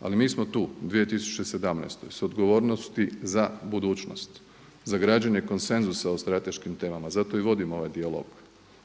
Ali mi smo tu u 2017. s odgovornosti za budućnost, za građenje konsenzusa o strateškim temama, zato i vodimo ovaj dijalog,